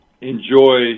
enjoy